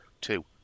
Two